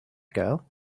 girl